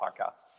podcast